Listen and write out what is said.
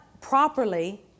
properly